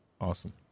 Awesome